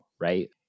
right